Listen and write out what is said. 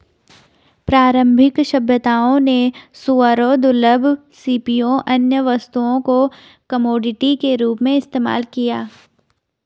प्रारंभिक सभ्यताओं ने सूअरों, दुर्लभ सीपियों, अन्य वस्तुओं को कमोडिटी के रूप में इस्तेमाल किया